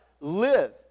live